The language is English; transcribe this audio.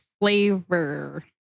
flavor